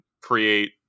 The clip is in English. create